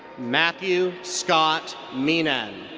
matthew scott meenan.